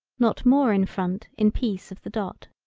not more in front in peace of the dot.